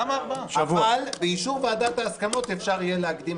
בוא תקבע שהדיונים בוועדות בנושאי קורונה יהיו בארבעה ימים,